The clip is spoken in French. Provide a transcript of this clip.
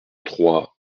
trois